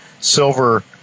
silver